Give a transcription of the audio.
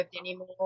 anymore